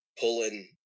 pulling